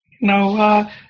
No